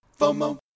FOMO